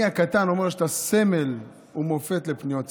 אני הקטן אומר שאתה סמל ומופת לפניות ציבור.